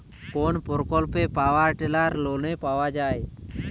কোন প্রকল্পে power tiller লোনে পাওয়া য়ায়?